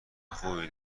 خوبی